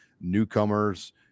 newcomers